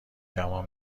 جوان